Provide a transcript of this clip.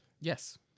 Yes